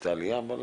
עשתה עלייה אז